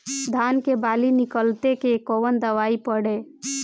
धान के बाली निकलते के कवन दवाई पढ़े?